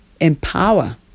empower